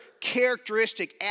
characteristic